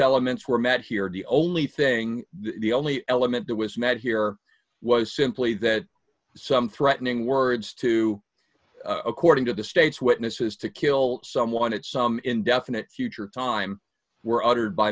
were met here the only thing the only element that was met here was simply that some threatening words to according to the state's witnesses to kill someone at some indefinite future time were